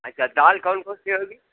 अच्छा दाल कौन कौन सी होगी